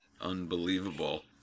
unbelievable